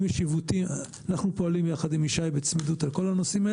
אם יש עיוותים אנחנו פועלים יחד עם ישי בצמידות על כל הנושאים.